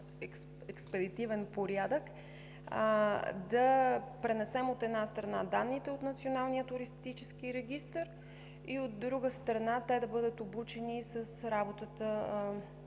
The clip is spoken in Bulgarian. експедитивен порядък да пренесем, от една страна, данните от Националния туристически регистър и, от друга страна, те да бъдат обучени с работата